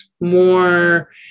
more